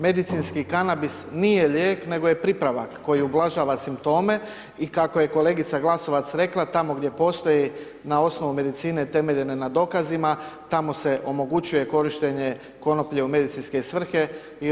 Medicinski kanabis nije lijek nego je pripravak koji ublažava simptome i kako je kolegica Glasovac rekla, tamo gdje postoji na osnovu medicine temeljene na dokazima, tamo se omogućuje korištenje konoplje u medicinske svrhe i u RH.